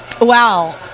wow